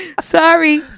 Sorry